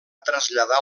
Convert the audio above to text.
traslladar